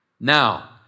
Now